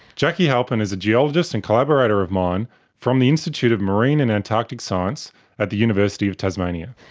jacqui halpin is a geologist and collaborator of mine from the institute of marine and antarctic science at the university of tasmania.